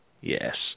Yes